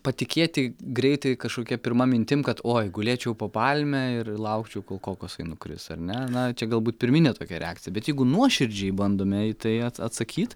patikėti greitai kažkokia pirma mintim kad oi gulėčiau po palme ir laukčiau kol kokosai nukris ar ne na čia galbūt pirminė tokia reakcija bet jeigu nuoširdžiai bandome į tai at atsakyt